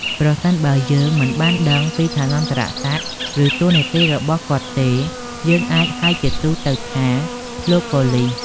ប្រសិនបើយើងមិនបានដឹងពីឋានន្តរសក្ដិ ឬតួនាទីរបស់គាត់ទេ យើងអាចហៅជាទូទៅថា " លោកប៉ូលិស"។